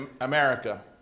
America